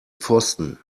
pfosten